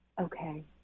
okay